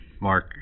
Mark